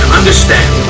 understand